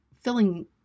filling